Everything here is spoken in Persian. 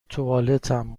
توالتم